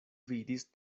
vidis